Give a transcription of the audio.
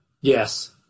Yes